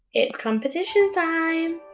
it's competition time!